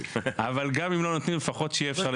גם אם לא נותנים לפחות שיהיה אפשר לתקן.